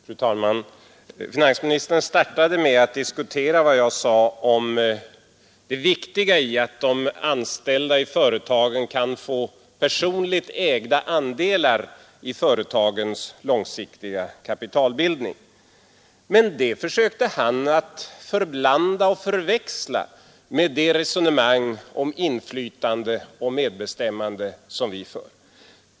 Fru talman! Finansministern startade med att diskutera vad jag sade om det viktiga i att de anställda i företagen kan få personligt ägda andelar i företagens långsiktiga kapitalbildning. Men det försökte han att förblanda och förväxla med det resonemang om inflytande och medbestämmande som vi för.